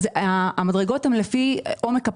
המדרגות הן לפי עומק הפגיעה.